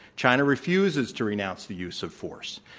china refuses to renounce the use of force,